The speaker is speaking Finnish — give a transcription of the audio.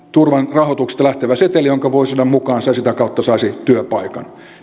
rahoituksesta lähtevä seteli jonka voisi saada mukaansa ja sitä kautta saisi työpaikan